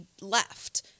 left